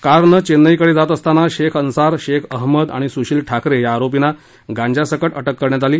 कारनं चेन्नईकडे जात असताना शेख अन्सार शेख अहमद आणि सुशिल ठाकरे या आरोपींना गांज्यासकट अटक करण्यात आली